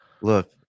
Look